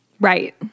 Right